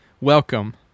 Welcome